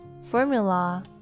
formula